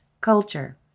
culture